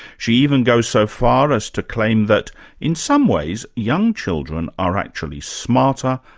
she even goes so far as to claim that in some ways, young children are actually smarter,